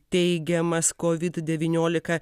teigiamas covid devyniolika